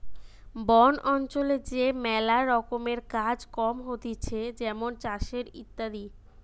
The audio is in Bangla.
বন অঞ্চলে যে ম্যালা রকমের কাজ কম হতিছে যেমন চাষের ইত্যাদি